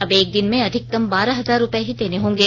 अब एक दिन में अधिकतम बारह हजार रूपये ही देने होंगे